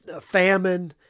famine